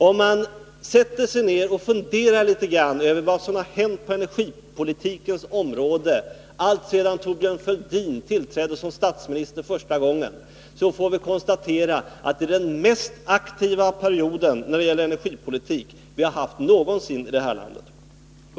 Om man sätter sig ned och funderar litet grand över vad som har hänt på energipolitikens område alltsedan Thorbjörn Fälldin tillträdde som statsminister första gången, kan man bara konstatera att detta varit den mest aktiva perioden någonsin i det här landet när det gäller energipolitik.